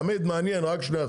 תמיד מעניין, רק 2%,